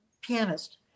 pianist